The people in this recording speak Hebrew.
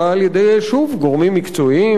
על-ידי גורמים מקצועיים,